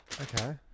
Okay